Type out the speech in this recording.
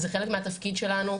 זה חלק מהתפקיד שלנו.